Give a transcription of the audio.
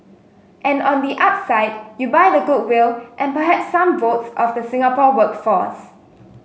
and on the upside you buy the goodwill and perhaps some votes of the Singapore workforce